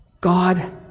God